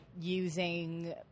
using –